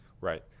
right